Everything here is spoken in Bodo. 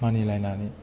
मानि लायनानै